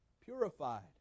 Purified